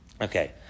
Okay